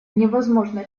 невозможно